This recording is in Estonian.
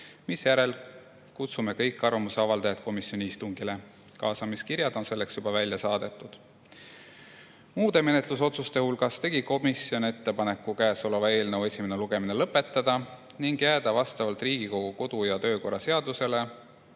misjärel kutsume kõiki arvamuse avaldanuid komisjoni istungile. Kaasamiskirjad on juba välja saadetud. Muude menetlusotsuste hulgas tegi komisjon ettepaneku selle eelnõu esimene lugemine lõpetada ning jääda vastavalt Riigikogu kodu‑ ja töökorra seadusele